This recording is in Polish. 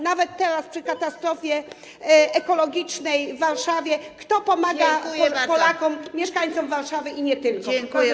Nawet teraz podczas katastrofy ekologicznej w Warszawie kto pomaga Polakom, mieszkańcom Warszawy i nie tylko?